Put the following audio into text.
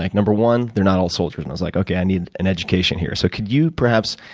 like number one, they're not all soldiers. and i was like, okay, i need an education here. so could you, perhaps,